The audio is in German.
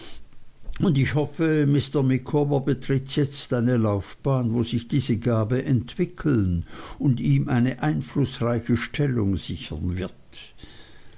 und ich hoffe mr micawber betritt jetzt eine laufbahn wo sich diese gabe entwickeln und ihm eine einflußreiche stellung sichern wird